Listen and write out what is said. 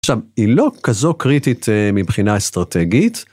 עכשיו, היא לא כזו קריטית מבחינה אסטרטגית.